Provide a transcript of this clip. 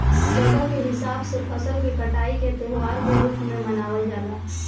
जगह के हिसाब से फसल के कटाई के त्यौहार के रूप में मनावल जला